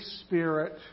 Spirit